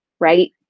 right